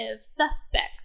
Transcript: suspect